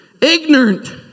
Ignorant